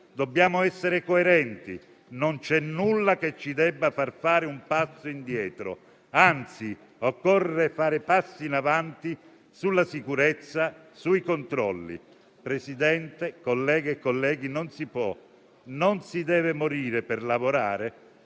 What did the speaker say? Dobbiamo essere coerenti e non c'è nulla che ci debba far fare un passo indietro e, anzi, occorre fare passi in avanti sulla sicurezza e sui controlli. Signor Presidente, colleghe e colleghi, non si può e non si deve morire per lavorare